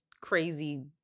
crazy